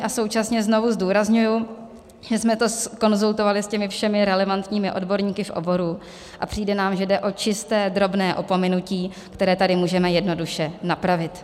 A současně znovu zdůrazňuji, že jsme to zkonzultovali se všemi relevantními odborníky v oboru, a přijde nám, že jde o čisté drobné opomenutí, které tady můžeme jednoduše napravit.